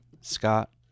Scott